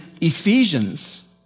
Ephesians